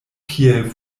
kiel